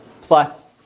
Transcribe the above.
plus